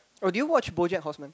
oh do you watch BoJack-Horseman